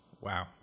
Wow